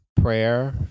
prayer